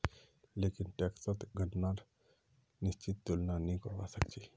लेकिन टैक्सक गणनार निश्चित तुलना नी करवा सक छी